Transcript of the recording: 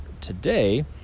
today